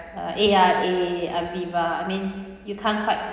uh A_I_A aviva I mean you can't quite